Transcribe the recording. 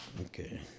Okay